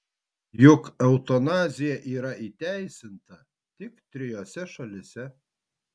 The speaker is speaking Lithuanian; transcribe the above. juk eutanazija yra įteisinta tik trijose šalyse